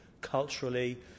culturally